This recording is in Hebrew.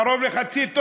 קרוב לחצי טונה.